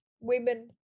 women